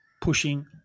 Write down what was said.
pushing